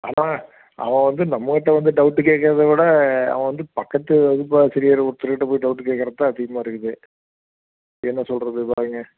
அவன் அவன் வந்து நம்ம கிட்டே வந்து டவுட்டு கேட்கறத விட அவன் வந்து பக்கத்து வகுப்பு ஆசிரியர் ஒருத்தர் கிட்டே போய் டவுட்டு கேட்கறதுதான் அதிகமாக இருக்குது என்ன சொல்வது பாருங்க